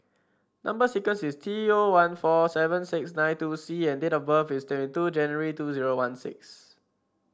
number sequence is T zero one four seven six nine two C and date of birth is twenty two January two zero one six